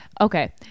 Okay